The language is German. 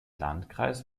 landkreis